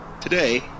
Today